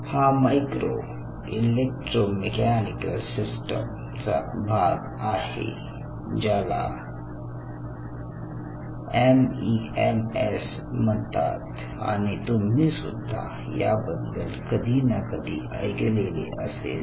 हा micro electromechanical system चा भाग आहे ज्याला एमईएमएस म्हणतात आणि तुम्ही सुद्धा या बद्दल कधी ना कधी ऐकले असेलच